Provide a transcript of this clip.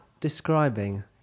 describing